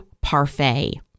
parfait